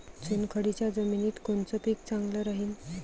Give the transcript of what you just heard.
चुनखडीच्या जमिनीत कोनचं पीक चांगलं राहीन?